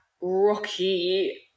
rocky